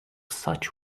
such